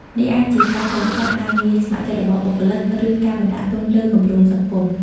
នេះអាចជាការបរិច្ចាគ ការងារស្ម័គ្រចិត្តរបស់បុគ្គលិក ឬការបណ្តាក់ទុនលើគម្រោងសង្គម ។